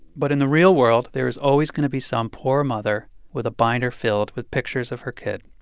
but in the real world, there is always going to be some poor mother with a binder filled with pictures of her kid.